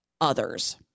others